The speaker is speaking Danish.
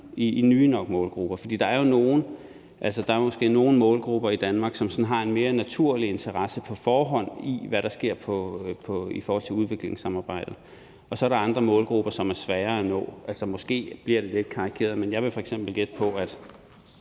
til nye målgrupper. For der er måske nogle målgrupper i Danmark, som sådan har en mere naturlig interesse på forhånd i, hvad der sker i forhold til udviklingssamarbejdet, og så er der andre målgrupper, som er sværere at nå. Måske bliver det lidt karikeret, men jeg vil f.eks. gætte på, at